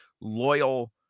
loyal